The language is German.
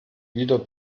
wieder